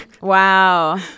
Wow